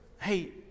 Hey